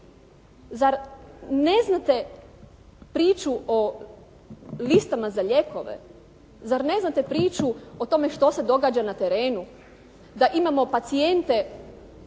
Zar ne znate priču o listama za lijekove? Zar ne znate priču o tome što se događa na terenu? Da imamo pacijente